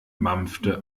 mampfte